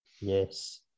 Yes